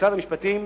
במשרד המשפטים: